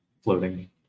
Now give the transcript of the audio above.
floating